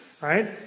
Right